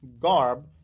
garb